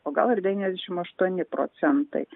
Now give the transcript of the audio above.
o gal ir devyniasdešimt aštuoni procentai